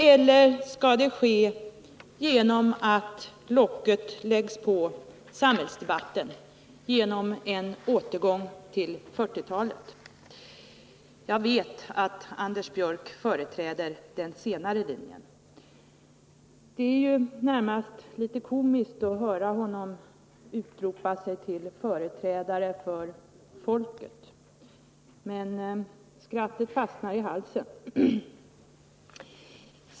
Eller skall det ske genom att locket läggs på samhällsdebatten — genom en återgång till 1940-talet? Jag vet att Anders Björck företräder den senare linjen. Det är ju närmast litet komiskt att höra honom utropa sig till företrädare för folket, men skrattet fastnar i halsen.